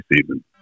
season